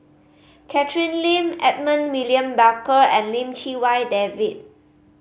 Catherine Lim Edmund William Barker and Lim Chee Wai David